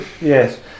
Yes